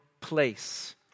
place